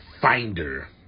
finder